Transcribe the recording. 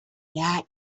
that